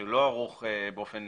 ערוך באופן